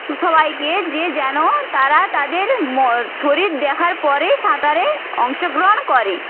সবাইকে যে যেন তারা তাদের ম শরীর দেখার পরে সাঁতারে অংশগ্রহণ করে